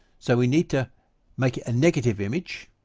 so we need to make it a negative image,